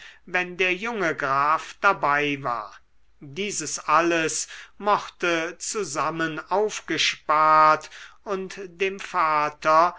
wenn der junge graf dabei war dieses alles mochte zusammen aufgespart und dem vater